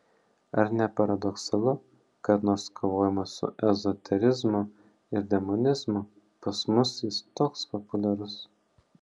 ar ne paradoksalu kad nors kovojama su ezoterizmu ir demonizmu pas mus jis toks populiarus